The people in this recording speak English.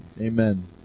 Amen